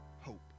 hope